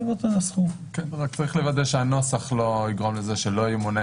רק יש לוודא שהנוסח לא יגרום לזה שלא ימונה